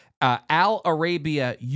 Al-Arabia